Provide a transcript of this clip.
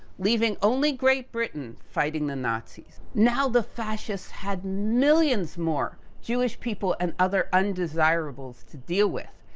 leaving only great britain, fighting the nazis. now the fascist had millions more jewish people and other undesirables to deal with.